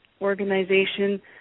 organization